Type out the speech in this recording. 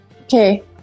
Okay